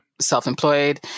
self-employed